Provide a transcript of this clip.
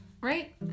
Right